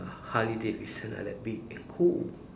Harley Davidson I like big and cool